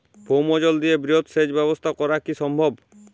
ভৌমজল দিয়ে বৃহৎ সেচ ব্যবস্থা করা কি সম্ভব?